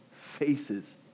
faces